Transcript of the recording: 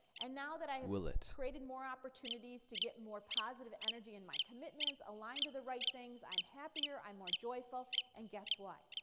and now that i have created more opportunities to get more positive energy, and my commitments aligned to the right things i'm happier, i'm more joyful and guess what,